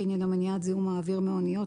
שעניינו מניעת זיהום האוויר מאניות,